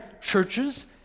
churches